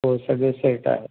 हो सगळे सेट आहे